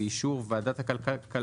באישור ועדת הכלכלה,